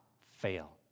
fail